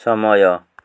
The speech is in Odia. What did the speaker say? ସମୟ